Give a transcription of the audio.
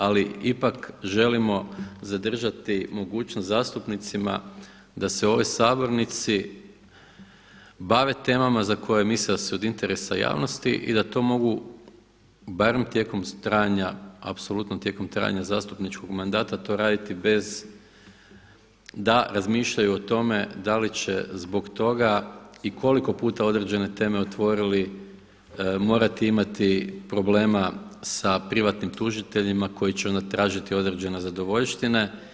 Ali ipak želimo zadržati mogućnost zastupnicima da se u ovoj Sabornici bave temama za koje misle da su od interesa javnosti i da to mogu barem tijekom trajanja, apsolutno tijekom trajanja zastupničkog mandata to raditi bez da razmišljaju o tome da li će zbog toga i koliko puta određene teme otvorili morati imati problema sa privatnim tužiteljima koji će onda tražiti određene zadovoljštine.